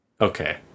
Okay